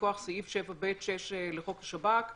כף אנחנו